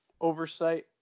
oversight